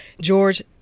George